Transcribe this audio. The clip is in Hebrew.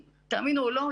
תאמינו או לא,